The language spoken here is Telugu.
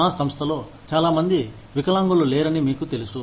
మా సంస్థలో చాలా మంది వికలాంగులు లేరని మీకు తెలుసు